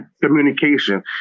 communication